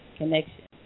connection